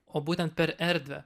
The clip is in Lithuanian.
o būtent per erdvę